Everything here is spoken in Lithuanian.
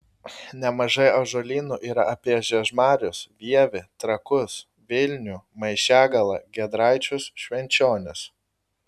nemažai ąžuolynų yra apie žiežmarius vievį trakus vilnių maišiagalą giedraičius švenčionis